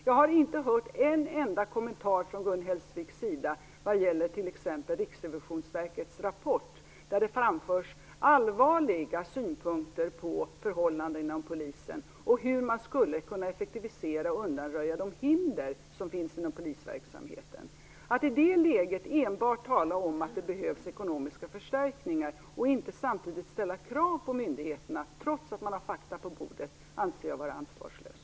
Jag har inte hört en enda kommentar från Gun Hellsviks sida vad gäller t.ex. Riksrevisionsverkets rapport, där det framförs allvarlig kritik mot förhållandena inom Polisen och förslag på hur en effektivisering skulle kunna åstadkommas samt hur de hinder som finns inom polisverksamheten skulle kunna undanröjas. Att i det läget enbart tala om att det behövs ekonomiska förstärkningar och inte samtidigt ställa krav på myndigheterna, trots att man har fakta på bordet, anser jag vara ansvarslöst.